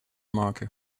maken